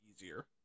easier